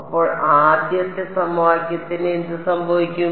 അപ്പോൾ ആദ്യത്തെ സമവാക്യത്തിന് എന്ത് സംഭവിക്കും